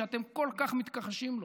שאתם כל כך מתכחשים לו?